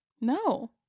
No